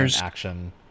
action